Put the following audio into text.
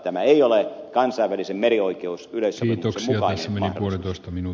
tämä ei ole kansainvälisen merioikeus yleisen kaksinaisminen voitosta minun